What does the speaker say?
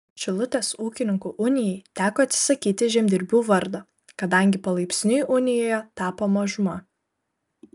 šilutės ūkininkų unijai teko atsisakyti žemdirbių vardo kadangi palaipsniui unijoje tapo mažuma